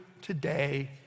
today